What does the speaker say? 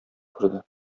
күрде